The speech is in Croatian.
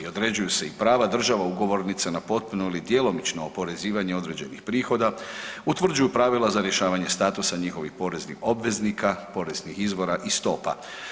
Određuju se i prava država ugovornica na potpuno ili djelomično oporezivanje određenih prihoda, utvrđuju pravila za rješavanje statusa njihovih poreznih obveznika, poreznih izvora i stopa.